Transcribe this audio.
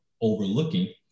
overlooking